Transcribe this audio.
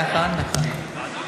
נכון, נכון.